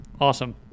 Awesome